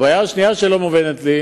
הבעיה השנייה שלא מובנת לי,